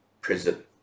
prison